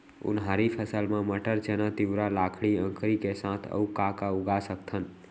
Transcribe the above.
उनहारी फसल मा मटर, चना, तिंवरा, लाखड़ी, अंकरी के साथ अऊ का का उगा सकथन?